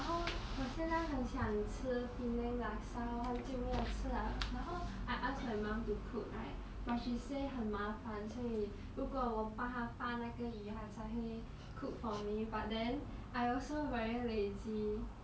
然后我现在很想吃 penang laksa 我很久没有吃了然后 I asks my mum to cook right but she say 很麻烦所以如果我帮她拔那个鱼她才会 cook for me but then I also very lazy